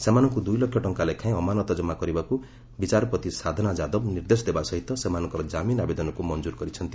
ସେମାନଙ୍କ ଦୂଇ ଲକ୍ଷ ଟଙ୍କା ଲେଖାଏଁ ଅମାନତ କରିବାକୁ ବିଚାରପତି ସାଧନା ଯାଦବ ନିର୍ଦ୍ଦେଶ ଦେବା ସହିତ ସୋମନଙ୍କର ଜାମିନ୍ ଆବେଦନକୁ ମଞ୍ଜୁର କରିଛନ୍ତି